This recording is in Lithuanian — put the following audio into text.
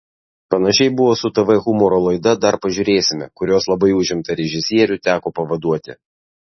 panašiai buvo su tv humoro laida dar pažiūrėsime kurios labai užimtą režisierių teko pavaduoti